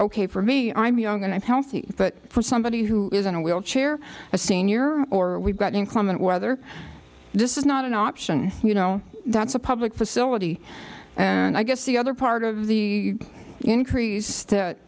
ok for me i'm young and i'm healthy but for somebody who is in a wheelchair a senior or we've got inclement weather this is not an option you know that's a public facility and i guess the other part of the increase